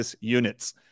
units